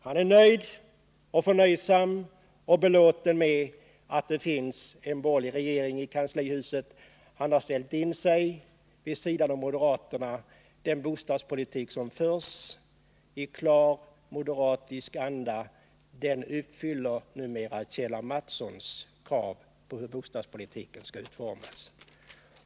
Han är nöjd och belåten med att vi har en borgerlig regering. Han har ställt sig på moderaternas sida. Den bostadspolitik som förs i klart moderat anda uppfyller numera Kjell A. Mattssons krav på hur bostadspolitiken skall utformas.